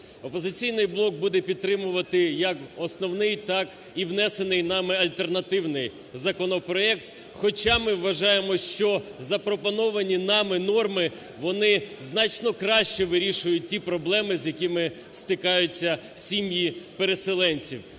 "Опозиційний блок" буде підтримувати як основний, так і внесений нами альтернативний законопроект. Хоча ми вважаємо, що запропоновані нами норми, вони значно краще вирішують ті проблеми, з якими стикаються сім'ї переселенців.